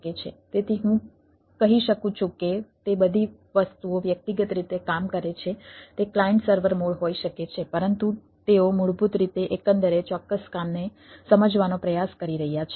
તેથી હું કહી શકું છું કે તે બધી વસ્તુઓ વ્યક્તિગત રીતે કામ કરે છે તે ક્લાયન્ટ સર્વર મોડ હોઈ શકે છે પરંતુ તેઓ મૂળભૂત રીતે એકંદરે ચોક્કસ કામને સમજવાનો પ્રયાસ કરી રહ્યાં છે